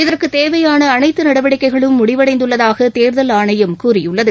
இதற்கு தேவையான அனைத்து நடவடிக்கைகளும் முடிவடைந்துள்ளதாக தேர்தல் ஆணையம் கூறியுள்ளது